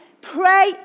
pray